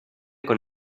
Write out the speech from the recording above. con